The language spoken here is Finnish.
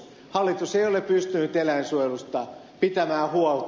hallitus ei ole pystynyt eläinsuojelusta pitämään huolta